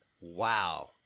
Wow